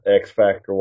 X-Factor